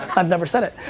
i've never said it.